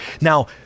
now